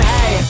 Hey